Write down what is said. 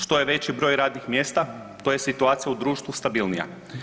Što je veći radnih mjesta to je situacija u društvu stabilnija.